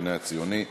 המחנה הציוני.